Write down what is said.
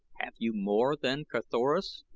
have you more than carthoris?